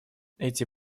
эти